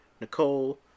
Nicole